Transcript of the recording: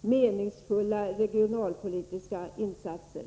meningsfulla regionalpolitiska insatser.